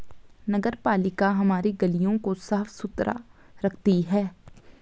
नगरपालिका हमारी गलियों को साफ़ सुथरा रखती है